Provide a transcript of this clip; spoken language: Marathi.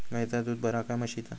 गायचा दूध बरा काय म्हशीचा?